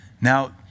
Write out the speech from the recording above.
Now